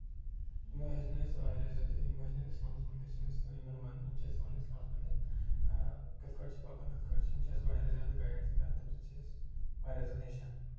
یِمو ہیچھنٲے أسۍ واریاہ زیادٕ یِم ٲسۍ نہٕ اسلامَس مُتعلِق چھِ أسۍ یِمن وَنان یِم چھِ اسہِ وَنان اِسلامس مُتعلِق کِتھ کٲٹھۍ چھ پَکُن کِتھ کٲٹھۍ چھ یِم چھِ واریاہ زیادٕ گایڈ تہِ کران تَمہِ سۭتۍ چھِ أسۍ واریاہ زیادٕ ہٮ۪چھان